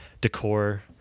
decor